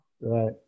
right